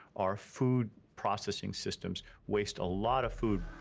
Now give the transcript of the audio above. our food processing systems waste a lot of food.